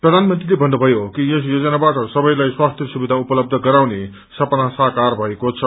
प्रधानमंत्रीले भन्नुभयो कि यस योजनबाट सबैलाई स्वास्थ्य सुविधा उपलब्य गराउने सपना साकार भएको छ